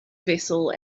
vessel